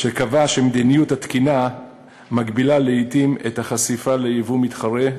שקבע שמדיניות התקינה מגבילה לעתים את החשיפה ליבוא מתחרה,